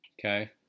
okay